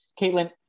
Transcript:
Caitlin